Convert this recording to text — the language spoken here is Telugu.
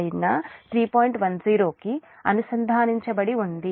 10 కి అనుసంధానించబడి ఉంది